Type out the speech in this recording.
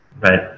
right